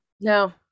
No